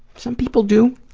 some people do,